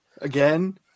again